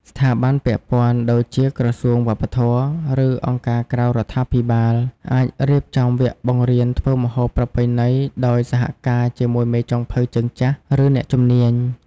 ស្ថាប័នពាក់ព័ន្ធ ដូចជាក្រសួងវប្បធម៌ ឬអង្គការក្រៅរដ្ឋាភិបាល អាចរៀបចំវគ្គបង្រៀនធ្វើម្ហូបប្រពៃណីដោយសហការជាមួយមេចុងភៅជើងចាស់ ឬអ្នកជំនាញ។